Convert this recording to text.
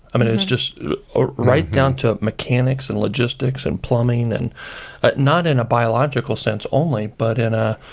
i mean it's just right down to mechanics and logistics and plumbing. and ah not in a biological sense only, but in a,